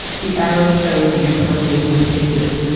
the arrow show the importation of cases,